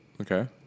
Okay